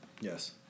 Yes